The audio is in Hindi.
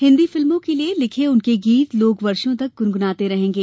हिन्दी फिल्मों के लिए लिखे उनके गीत लोग वर्षो तक गुनगुनाते रहेंगे